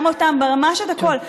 ממש את הכול.